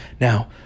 Now